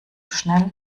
schnell